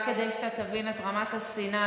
רק כדי שתבין את רמת השנאה,